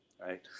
right